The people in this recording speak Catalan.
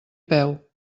peu